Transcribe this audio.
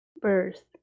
birth